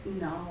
no